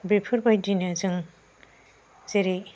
बेफोरबायदिनो जों जेरै